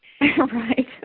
Right